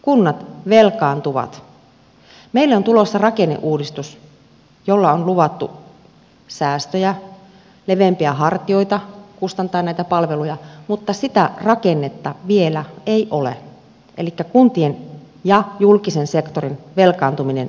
meille on tulossa rakenneuudistus jolla on luvattu säästöjä leveämpiä hartioita kustantaa näitä palveluja mutta sitä rakennetta vielä ei ole elikkä kuntien ja julkisen sektorin velkaantuminen jatkuu